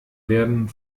werden